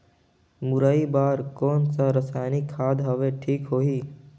मुरई बार कोन सा रसायनिक खाद हवे ठीक होही?